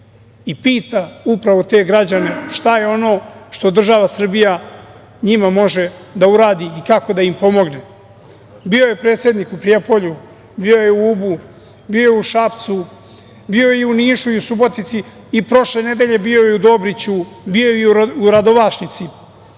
i pita upravo te građane šta je ono što država Srbija njima može da uradi i kako da im pomogne. Bio je predsednik u Prijepolju, bio je u Ubu, bio je u Šapcu, bio je i u Nišu, i u Subotici i prošle nedelje bio je u Dobriću, bio je i u Radovašnici,